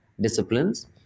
disciplines